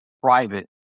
private